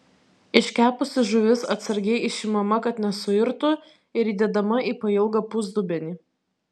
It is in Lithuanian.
iškepusi žuvis atsargiai išimama kad nesuirtų ir įdedama į pailgą pusdubenį